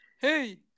Hey